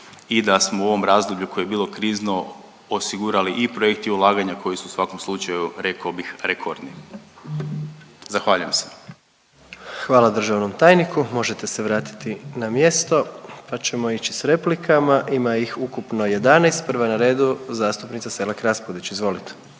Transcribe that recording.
i da smo u ovom razdoblju koje je bilo krizno osigurali i projekti ulaganja, koji su u svakom slučaju, rekao bih, rekordni. Zahvaljujem se. **Jandroković, Gordan (HDZ)** Hvala državnom tajniku. Možete se vratiti na mjesto pa ćemo ići s replikama. Ima ih ukupno 11. Prva je na redu zastupnica Selak Raspudić, izvolite.